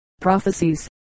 Prophecies